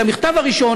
את המכתב הראשון,